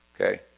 Okay